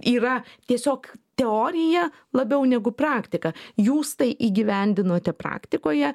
yra tiesiog teorija labiau negu praktika jūs tai įgyvendinote praktikoje